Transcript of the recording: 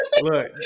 look